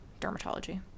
Dermatology